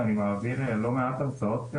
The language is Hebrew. ואני מעביר לא מעט הרצאות,